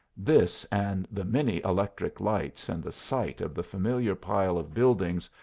this, and the many electric lights and the sight of the familiar pile of buildings,